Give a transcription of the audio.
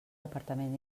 departament